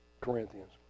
Corinthians